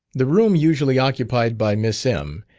the room usually occupied by miss m,